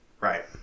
Right